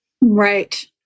Right